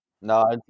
No